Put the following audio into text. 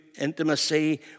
intimacy